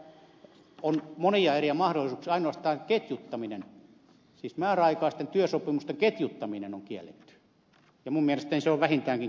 elikkä on monia eri mahdollisuuksia ainoastaan ketjuttaminen siis määräaikaisten työsopimusten ketjuttaminen on kielletty ja minun mielestäni se on vähintäänkin kohtuullista